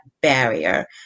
barrier